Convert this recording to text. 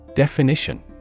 Definition